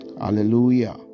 hallelujah